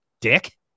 dick